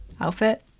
outfit